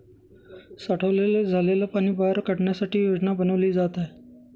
साठलेलं झालेल पाणी बाहेर काढण्यासाठी योजना बनवली जात आहे